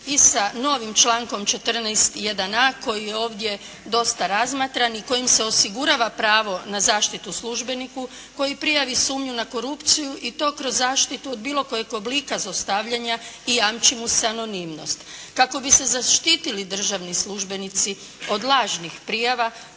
i sa novim člankom 14. i 1a. koji je ovdje dosta razmatran i kojim se osigurava pravo na zaštitu službeniku koji prijavu sumnju na korupciju i to kroz zaštitu od bilo kojeg oblika zlostavljanja i jamči mu se anonimnost. Kako bi se zaštitili državni službenici od lažnih prijava